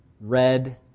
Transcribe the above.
red